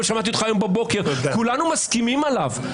שמעתי אותך הבוקר, שכולנו מסכימים עליו.